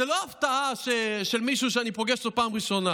זו לא הפתעה של מישהו שאני פוגש אותו בפעם הראשונה